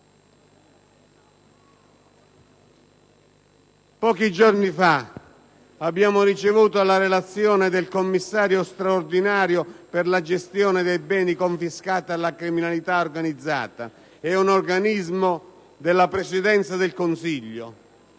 Pochi giorni fa abbiamo ricevuto la relazione del commissario straordinario per la gestione dei beni confiscati alla criminalità organizzata, un organismo della Presidenza del Consiglio;